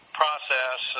process